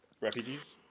refugees